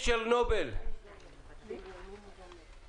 אני רואה כאן גם את החברים משברון-נובל אז הם בטח יציגו את הזווית שלהם.